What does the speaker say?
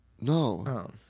No